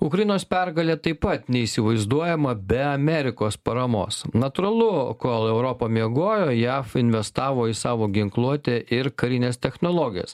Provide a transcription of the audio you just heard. ukrainos pergalė taip pat neįsivaizduojama be amerikos paramos natūralu kol europa miegojo jav investavo į savo ginkluotę ir karines technologijas